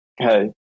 Okay